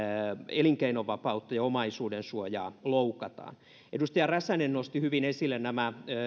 elinkeinovapautta ja omaisuudensuojaa rajusti loukataan edustaja räsänen nosti hyvin esille